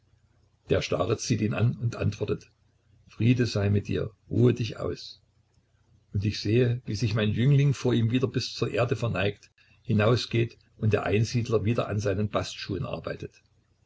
der starez sieht ihn an und antwortet friede sei mit dir ruhe dich aus und ich sehe wie sich mein jüngling vor ihm wieder bis zur erde verneigt hinausgeht und der einsiedler wieder an seinen bastschuhen arbeitet